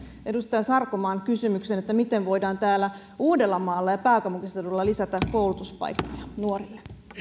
edustaja sarkomaan kysymykseen miten voidaan täällä uudellamaalla ja pääkaupunkiseudulla lisätä koulutuspaikkoja nuorille